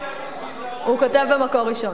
הוא כותב ב"מקור ראשון".